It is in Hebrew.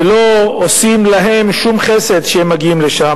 ולא עושים להם שום חסד שהם מגיעים לשם.